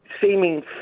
seeming